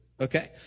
Okay